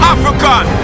African